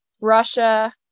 Russia